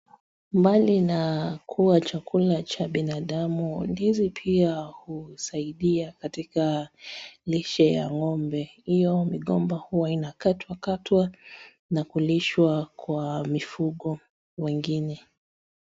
Mbali na kuwa chakula cha binadamu ndizi pia husaidia katika lishe ya ng'ombe. Hiyo migomba huwa inakatwa katwa na kulishwa kwa mifugo wengine.